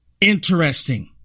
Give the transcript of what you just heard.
interesting